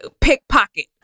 pickpocket